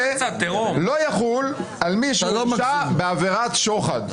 לא יחול על מי שהורשע בעבירת שוחד".